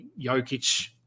Jokic